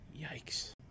yikes